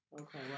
Okay